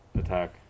attack